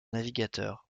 navigateur